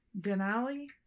Denali